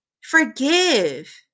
Forgive